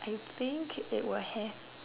I think it will have